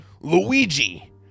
Luigi